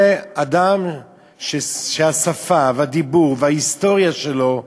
זה אדם שהשפה, והדיבור, וההיסטוריה שלו,